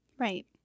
Right